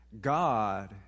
God